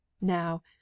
Now